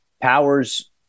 Powers